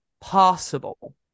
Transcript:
possible